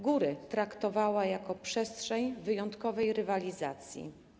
Góry traktowała jako przestrzeń wyjątkowej rywalizacji.